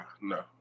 no